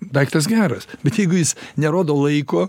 daiktas geras bet jeigu jis nerodo laiko